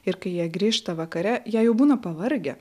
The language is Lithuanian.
ir kai jie grįžta vakare jie jau būna pavargę